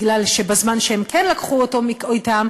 כי בזמן שהם כן לקחו אותו אתם,